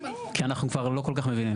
כי אנחנו כבר לא כל כך מדברים.